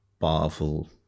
powerful